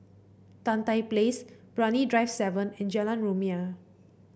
Tan Tye Place Brani Drive seven and Jalan Rumia